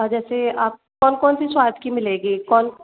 हाँ जैसे कौन कौन से स्वाद की मिलेगी कौन